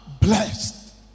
Blessed